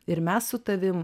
ir mes su tavim